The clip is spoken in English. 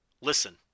listen